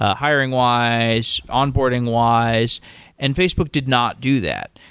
ah hiring-wise, onboarding-wise and facebook did not do that.